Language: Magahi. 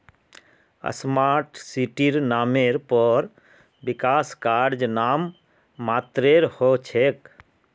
स्मार्ट सिटीर नामेर पर विकास कार्य नाम मात्रेर हो छेक